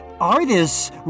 Artists